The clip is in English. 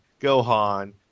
Gohan